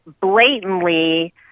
blatantly